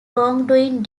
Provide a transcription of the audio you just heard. wrongdoing